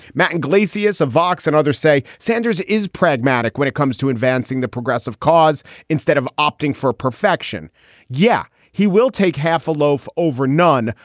matt and yglesias of vox and others say sanders is pragmatic when it comes to advancing the progressive cause instead of opting for perfection yeah, he will take half a loaf over none,